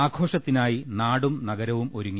ആഘോഷത്തിനായി നാടും നഗരവും ഒരുങ്ങി